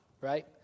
right